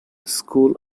school